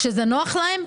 כשזה נוח להם,